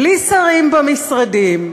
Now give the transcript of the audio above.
בלי שרים במשרדים,